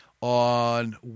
on